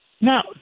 Now